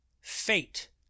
fate